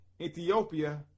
ethiopia